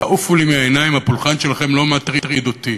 תעופו לי מהעיניים, הפולחן שלכם לא מטריד אותי,